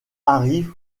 arrive